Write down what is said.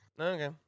Okay